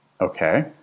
Okay